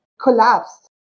collapsed